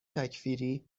تکفیری